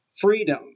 freedom